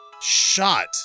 shot